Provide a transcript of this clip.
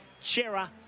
Chera